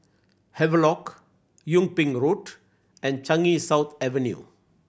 Havelock Yung Ping Road and Changi South Avenue